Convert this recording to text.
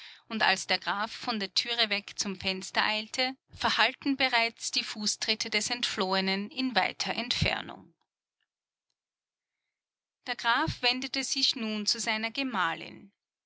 und als der graf von der türe weg zum fenster eilte verhallten bereits die fußtritte des entflohenen in weiter entfernung der graf wendete sich nun zu seiner gemahlin